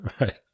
right